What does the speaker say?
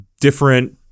different